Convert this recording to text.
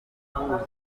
cyangwa